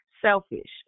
selfish